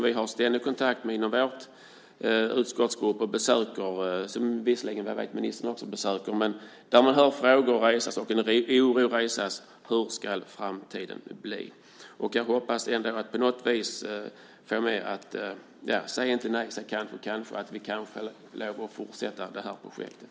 Vi har ständig kontakt med dem i vår utskottsgrupp. Vi besöker dem, och jag vet att ministern också besöker dem. De har rest frågor och är oroliga för hur framtiden ska bli. Jag hoppas ändå att man inte ska säga nej utan kanske, kanske. Vi kan kanske få lov att fortsätta projektet.